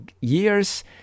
years